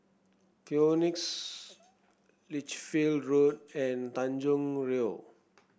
Phoenix Lichfield Road and Tanjong Rhu